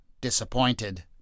disappointed